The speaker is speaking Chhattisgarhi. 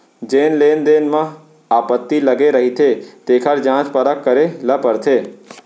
जेन लेन देन म आपत्ति लगे रहिथे तेखर जांच परख करे ल परथे